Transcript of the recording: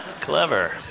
Clever